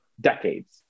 decades